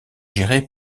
géré